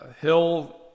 Hill